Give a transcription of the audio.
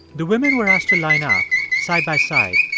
the women were asked to line up side by side.